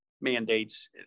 mandates